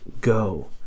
go